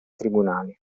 tribunali